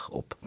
op